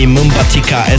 Mumbatika